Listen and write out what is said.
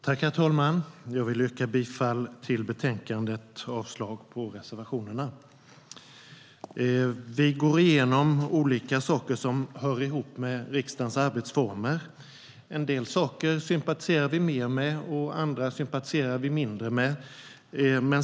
Herr talman! Jag yrkar bifall till förslaget i betänkandet och avslag på reservationerna. Vi går igenom olika saker som hör ihop med riksdagens arbetsformer. En del saker sympatiserar vi mer med, och andra sympatiserar vi mindre med.